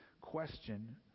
question